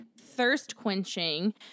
thirst-quenching